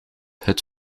het